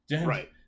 Right